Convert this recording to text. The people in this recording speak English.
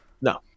No